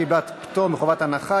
קיבלה פטור מחובת הנחה.